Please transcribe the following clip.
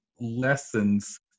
lessons